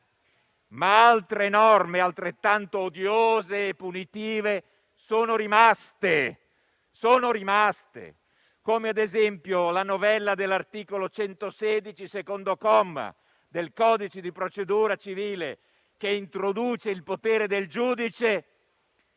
altre norme altrettanto odiose e punitive sono rimaste, come ad esempio la novella dell'articolo 116, secondo comma, del codice di procedura civile, che introduce il potere del giudice